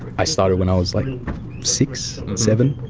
i started when i was like six, seven.